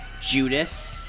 Judas